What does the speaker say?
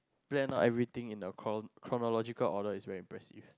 plan out everything in a chro~ chronological order is very impressive